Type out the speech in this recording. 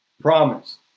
promise